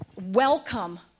welcome